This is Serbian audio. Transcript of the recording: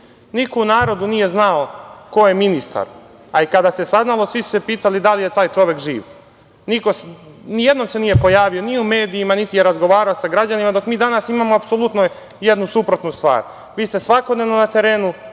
Niko u narodu nije znao ko je ministar, ali kada se saznalo svi su se pitali da li je taj čovek živ, nijednom se nije pojavio u medijima, niti je razgovarao sa građanima dok mi danas imamo apsolutno suprotnu stvar. Vi ste svakodnevno na terenu,